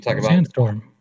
Sandstorm